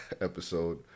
episode